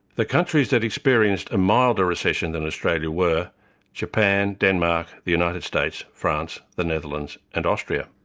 the countries that experienced a milder recession than australia were japan, denmark, the united states, france, the netherlands, and austria.